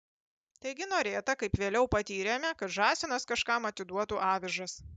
taigi norėta kaip vėliau patyrėme kad žąsinas kažkam atiduotų avižas